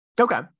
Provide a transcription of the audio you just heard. Okay